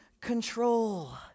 control